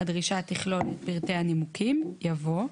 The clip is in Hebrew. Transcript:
הדרישה תכלול את פרטי הנימוקים," יבוא: